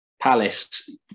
Palace